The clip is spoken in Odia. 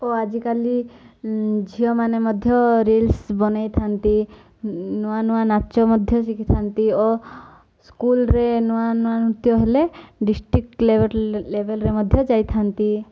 ଓ ଆଜିକାଲି ଝିଅମାନେ ମଧ୍ୟ ରିଲ୍ସ ବନେଇଥାନ୍ତି ନୂଆ ନୂଆ ନାଚ ମଧ୍ୟ ଶିଖିଥାନ୍ତି ଓ ସ୍କୁଲ୍ରେ ନୂଆ ନୂଆ ନୃତ୍ୟ ହେଲେ ଡିଷ୍ଟ୍ରିକ୍ ଲେବେଲ୍ରେ ମଧ୍ୟ ଯାଇଥାନ୍ତି